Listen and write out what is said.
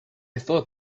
thought